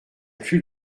plus